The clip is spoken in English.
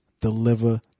deliver